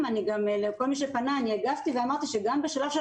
לכל מי שפנה אני הגבתי ואמרתי שגם בשלב של